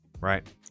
Right